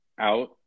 out